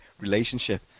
relationship